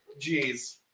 Jeez